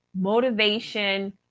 motivation